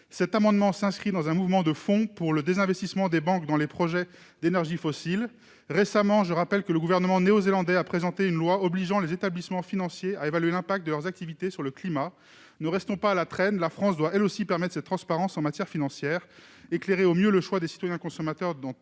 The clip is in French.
Cet amendement s'inscrit dans un mouvement de fond visant au désinvestissement des banques des projets liés aux énergies fossiles. Récemment, le gouvernement néo-zélandais a présenté une loi obligeant les établissements financiers à évaluer l'impact de leurs activités sur le climat. Ne restons pas à la traîne ; la France doit, elle aussi, promouvoir une telle transparence en matière financière. Que les choix des citoyens-consommateurs